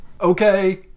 Okay